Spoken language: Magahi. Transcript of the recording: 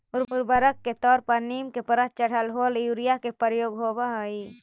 उर्वरक के तौर पर नीम के परत चढ़ल होल यूरिया के प्रयोग होवऽ हई